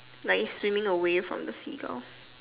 like swimming away from the Seagull